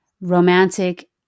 romantic